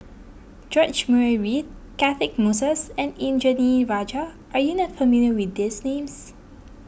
George Murray Reith Catchick Moses and Indranee Rajah are you not familiar with these names